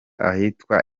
ahitwa